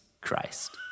Christ